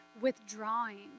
withdrawing